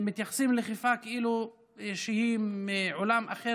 מתייחסים לחיפה כאילו שהיא מעולם אחר